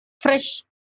fresh